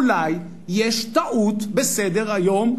אולי יש טעות בסדר-היום,